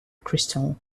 crystal